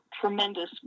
tremendous